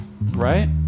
Right